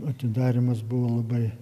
atidarymas buvo labai